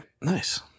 Nice